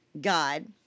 God